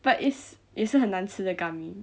but 也也是很难吃的 gummy